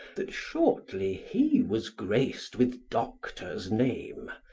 that shortly he was grac'd with doctor's name,